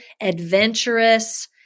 adventurous